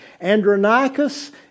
Andronicus